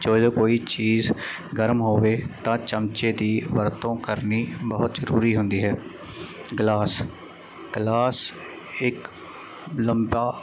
ਜਦੋਂ ਕੋਈ ਚੀਜ਼ ਗਰਮ ਹੋਵੇ ਤਾਂ ਚਮਚੇ ਦੀ ਵਰਤੋਂ ਕਰਨੀ ਬਹੁਤ ਜ਼ਰੂਰੀ ਹੁੰਦੀ ਹੈ ਗਲਾਸ ਗਲਾਸ ਇੱਕ ਲੰਬਾ